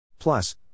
Plus